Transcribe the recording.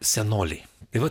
senoliai tai vat